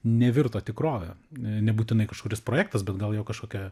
nevirto tikrove nebūtinai kažkuris projektas bet gal jo kažkokia